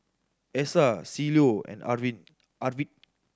Essa Cielo and Arvid